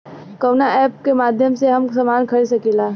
कवना ऐपके माध्यम से हम समान खरीद सकीला?